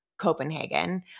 Copenhagen